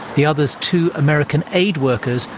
the others, two american aid workers,